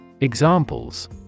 Examples